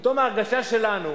פתאום ההרגשה שלנו,